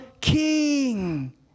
king